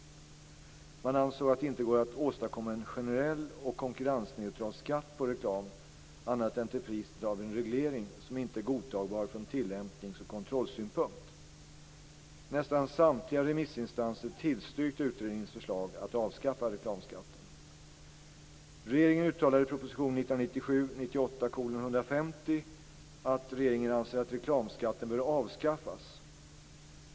Man ansåg att det inte går att åstadkomma en generell och konkurrensneutral skatt på reklam annat än till priset av en reglering som inte är godtagbar från tillämpnings och kontrollsynpunkt. Nästan samtliga remissinstanser tillstyrkte utredningens förslag att avskaffa reklamskatten. Regeringen uttalade i proposition 1997/98:150 att man anser att reklamskatten bör avskaffas.